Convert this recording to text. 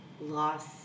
loss